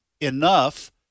enough